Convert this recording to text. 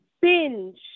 binge